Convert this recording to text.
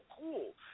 cool